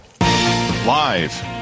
Live